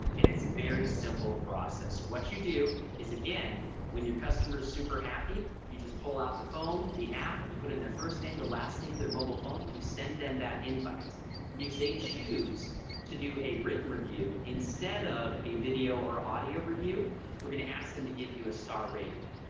and it's a very simple process what you do is again when your customer is super happy you just pull out the phone the app you put in their first name the last name their mobile phone you send them that invite if they choose to do a written review instead of a video or audio review we're going to ask them to give you a star rating.